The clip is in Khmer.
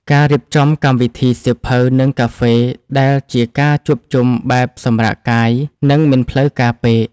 ការរៀបចំកម្មវិធី សៀវភៅ និងកាហ្វេ ដែលជាការជួបជុំបែបសម្រាកកាយ និងមិនផ្លូវការពេក។